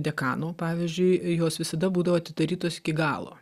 dekano pavyzdžiui jos visada būdavo atidarytos iki galo